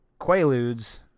quaaludes